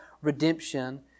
redemption